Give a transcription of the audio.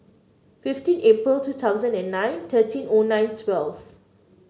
fifteen April two thousand and nine thirteen O nine twelve